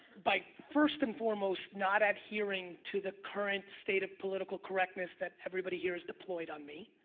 by first and foremost not adhering to the current state of political correctness that everybody here has deployed on me,